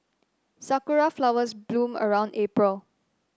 Sakura flowers bloom around April